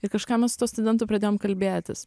ir kažką mes su tuo studentu pradėjom kalbėtis